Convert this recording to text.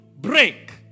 break